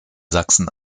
sachsen